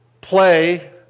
play